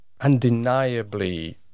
undeniably